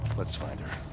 let's find her.